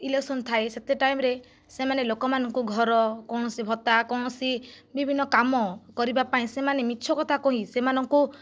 election ଥାଏ ସେତେ ଟାଇମ୍ରେ ଲୋକମାନଙ୍କୁ ଘର କୌଣସି ଭତ୍ତା କୌଣସି ବିଭିନ୍ନ କାମ କରିବା ପାଇଁ ସେମାନେ ମିଛ କଥା କହି ସେମାନଙ୍କୁ